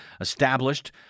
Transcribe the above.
established